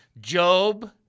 Job